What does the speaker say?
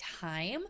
time